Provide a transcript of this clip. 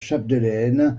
chapdelaine